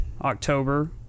october